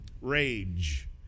rage